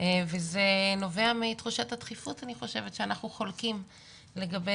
וזה נובע מתחושת הדחיפות שאנחנו חולקים לגבי